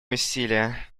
усилия